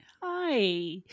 Hi